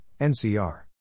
NCR